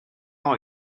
oed